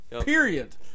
period